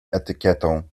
etykietą